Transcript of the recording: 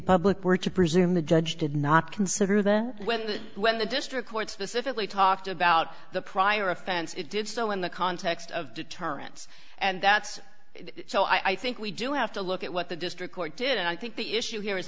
public were to presume the judge did not consider that when the when the district court specifically talked about the prior offense it did so in the context of deterrence and that's so i think we do have to look at what the district court did and i think the issue here is